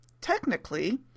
Technically